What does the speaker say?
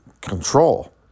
control